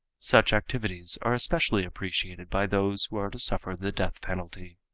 such activities are especially appreciated by those who are to suffer the death penalty.